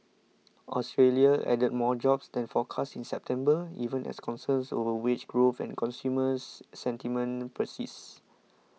Australia added more jobs than forecast in September even as concerns over wage growth and consumer sentiment persists